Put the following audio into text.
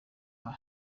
nka